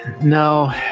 no